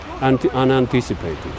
unanticipated